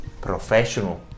professional